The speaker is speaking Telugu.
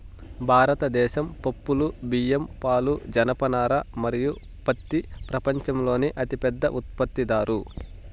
భారతదేశం పప్పులు, బియ్యం, పాలు, జనపనార మరియు పత్తి ప్రపంచంలోనే అతిపెద్ద ఉత్పత్తిదారు